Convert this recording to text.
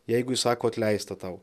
jeigu jis sako atleista tau